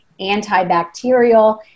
antibacterial